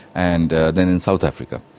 and then in south africa.